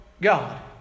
God